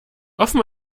offen